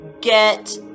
Get